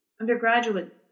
undergraduate